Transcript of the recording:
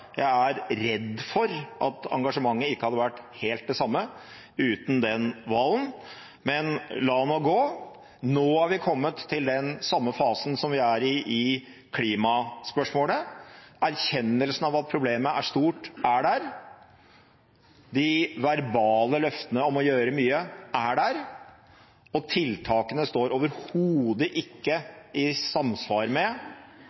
Jeg er redd for at engasjementet ikke hadde vært helt det samme uten den hvalen. Men la nå gå, nå er vi kommet til den samme fasen som vi er i i klimaspørsmålet. Erkjennelsen av at problemet er stort, er der, de verbale løftene om å gjøre mye er der, og tiltakene er overhodet ikke i samsvar med